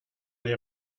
les